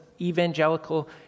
evangelical